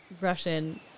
Russian